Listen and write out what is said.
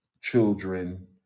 children